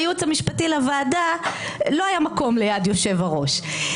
לייעוץ המשפטי לוועדה לא היה מקום ליד היושב-ראש.